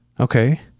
okay